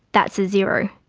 that's a zero.